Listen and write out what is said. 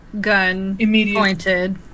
gun-pointed